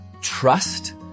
trust